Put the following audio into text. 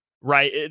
right